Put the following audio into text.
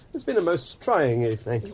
it's been a most trying evening.